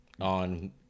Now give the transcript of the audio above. on